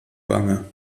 wange